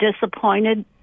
disappointed